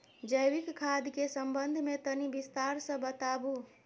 जैविक खाद के संबंध मे तनि विस्तार स बताबू?